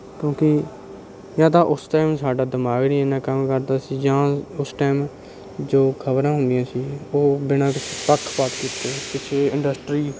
ਕਿਉਂਕਿ ਜਾਂ ਤਾਂ ਉਸ ਟੈਮ ਸਾਡਾ ਦਿਮਾਗ ਨਹੀਂ ਇੰਨਾ ਕੰਮ ਕਰਦਾ ਸੀ ਜਾਂ ਉਸ ਟੈਮ ਜੋ ਖ਼ਬਰਾਂ ਹੁੰਦੀਆਂ ਸੀ ਉਹ ਬਿਨਾਂ ਕਿਸੇ ਪੱਖਪਾਤ ਕੀਤੇ ਕਿਸੇ ਇੰਡਸਟ੍ਰੀ